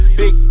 big